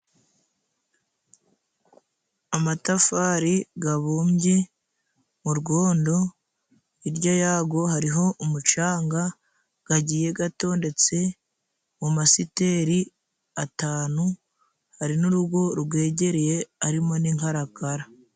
Amatafari gabumbye mu rwondo hirya yago hariho umucanga, gagiye gatondetse mu masiteri atanu hari n'urugo rwegereye, arimo n'inkarakara.